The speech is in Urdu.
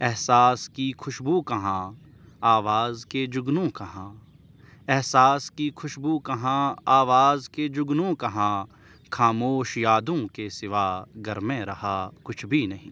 احساس کی خوشبو کہاں آواز کے جگنوں کہاں احساس کی خوشبو کہاں آواز کے جگنوں کہاں خاموش یادوں کے سوا گھر میں رہا کچھ بھی نہیں